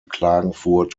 klagenfurt